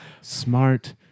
smart